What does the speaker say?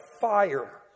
fire